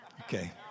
Okay